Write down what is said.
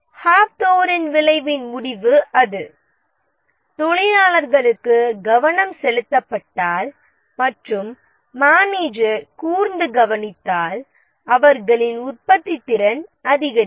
hawthorn விளைவின் முடிவு அது தொழிலாளர்களுக்கு கவனம் செலுத்தப்பட்டால் மற்றும் மனேஜர் கூர்ந்து கவனித்தால் அவர்களின் உற்பத்தித்திறன் அதிகரிக்கும்